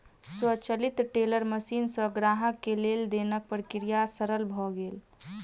स्वचालित teller machine सॅ ग्राहक के लेन देनक प्रक्रिया सरल भेल